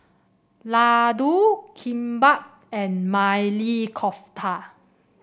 Ladoo Kimbap and Maili Kofta